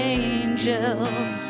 angels